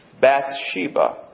Bathsheba